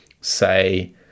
say